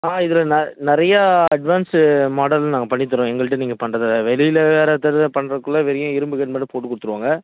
ஆ இதில் நெ நிறையா அட்வான்ஸு மாடலும் நாங்கள் பண்ணித் தரோம் எங்கள்கிட்ட நீங்கள் பண்ணுறதுல வெளியில் வேறு தெருவில் பண்ணுறதுக்குள்ள பெரிய இரும்பு கேட் மட்டும் போட்டுக் கொடுத்துடுவாங்க